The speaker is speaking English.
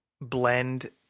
blend